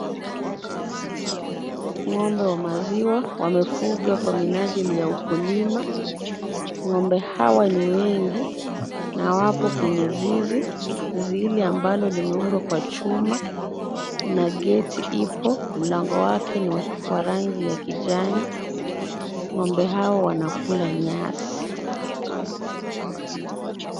Ng'ombe wa maziwa wamefugwa kwa minajili ya ukulima. Ng'ombe hawa ni wengi na wako kwenye zizi, Zizi hili ambalo limeundwa kwa chuma na gate ipo. Mlango wake ni wa rangi ya kijani. Ng'ombe hawa wanakula nyasi.